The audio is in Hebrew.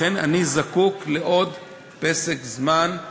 לכן אני זקוק לעוד פסק זמן,